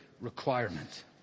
requirement